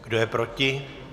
Kdo je proti?